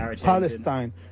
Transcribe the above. Palestine